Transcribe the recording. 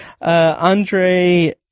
Andre